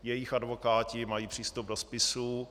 Jejich advokáti mají přístup do spisů.